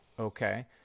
okay